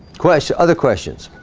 question other questions